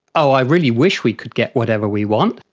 oh i really wish we could get whatever we want.